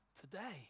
today